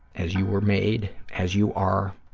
as you were made, as you are,